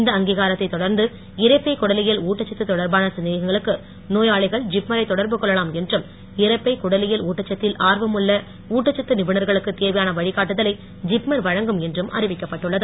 இந்த அங்கீகாரத்தைத் தொடர்ந்து இரைப்பை குடலியல் தொடர்பான சந்தேகங்களுக்கு நோயாளிகள் ஜிப்மரைத் ஊட்டச்சத்து தொடர்புகொள்ளலாம் என்றும் இரைப்பை குடலியல் ஊட்டச்சத்தில் ஆர்வம் உள்ள ஊட்டச்சத்து நிபுணர்களுக்கு தேவையான வழிகாட்டுதலை ஜிப்மர் வழங்கும் என்றும் அறிவிக்கப்பட்டுள்ளது